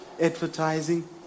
advertising